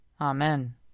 Amen